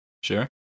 Sure